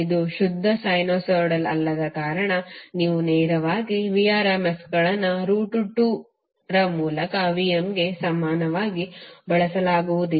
ಇದು ಶುದ್ಧ ಸೈನುಸೈಡಲ್ ಅಲ್ಲದ ಕಾರಣ ನೀವು ನೇರವಾಗಿ Vrms ಗಳನ್ನು ರೂಟ್ 2 ರ ಮೂಲಕ Vm ಗೆ ಸಮನಾಗಿ ಬಳಸಲಾಗುವುದಿಲ್ಲ